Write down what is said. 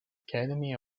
academy